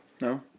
No